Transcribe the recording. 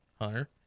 Hunter